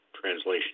translation